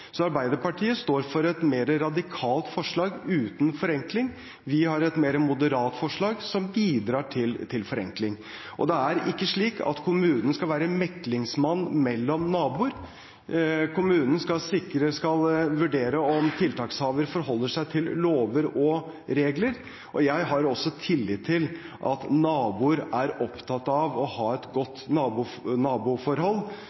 Så Arbeiderpartiet står for et mer radikalt forslag uten forenkling. Vi har et mer moderat forslag som bidrar til forenkling. Det er ikke slik at kommunen skal være meklingsmann mellom naboer. Kommunen skal vurdere om tiltakshaver forholder seg til lover og regler, og jeg har tillit til at naboer er opptatt av å ha et